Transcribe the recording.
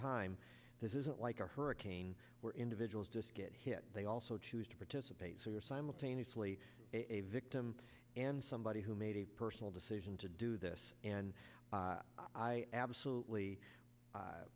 time this isn't like a hurricane where individuals just get hit they also choose to participate so you are simultaneously a victim and somebody who made a personal decision to do this and i absolutely